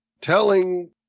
telling